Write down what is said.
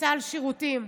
סל שירותים.